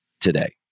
today